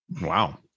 Wow